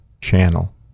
channel